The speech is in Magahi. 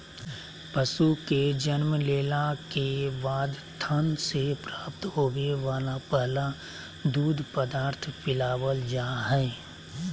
पशु के जन्म लेला के बाद थन से प्राप्त होवे वला पहला दूध पदार्थ पिलावल जा हई